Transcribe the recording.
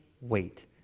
wait